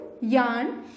yarn